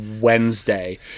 Wednesday